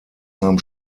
nahm